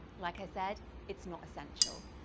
like i said, it's not essential.